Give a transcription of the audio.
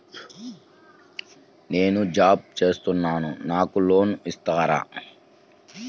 నేను జాబ్ చేస్తున్నాను నాకు లోన్ ఇస్తారా?